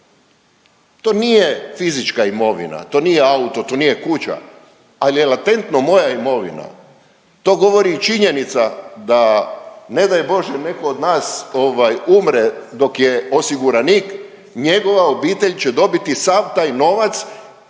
To nije fizička imovina, to nije auto, to nije kuća, ali je latentno moja imovina. To govori i činjenica da ne daj bože netko od nas umre dok je osiguranik njegova obitelj će dobiti sav taj novac